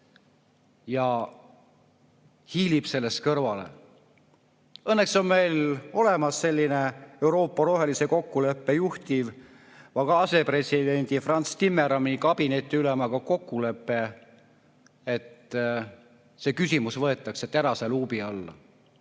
ta hiilib sellest kõrvale. Õnneks on meil olemas Euroopa rohelise kokkuleppe juhtiva asepresidendi Frans Timmermansi kabinetiülemaga kokkulepe, et see küsimus võetakse teraselt luubi alla.